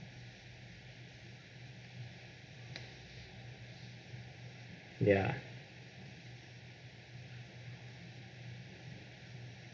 ya